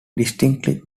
distinctly